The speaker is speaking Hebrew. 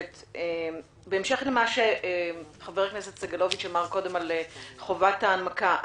בהמשך למה שחבר הכנסת סגלוביץ' אמר קודם על חובת ההנמקה,